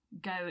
go